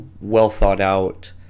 well-thought-out